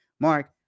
Mark